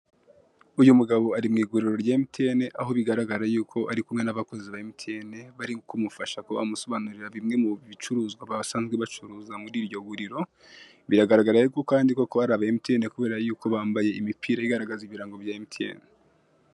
Uyu mugabo ari mu iguriro rya emutiyeni aho bigaragara yuko ari kumwe n'abakozi ba emutiyeni bari kumufasha kuba bamusobanurira bimwe mu bicuruzwa basanzwe bacuruza muri iryo guriro biragaragara yuko kandi koko ko ari aba emutiyeni kubera y'uko bambaye imipira igaragaza ibirango bya emutiyeni.